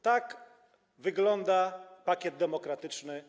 Tak wygląda pakiet demokratyczny